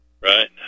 Right